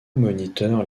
moniteur